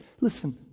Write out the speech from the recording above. listen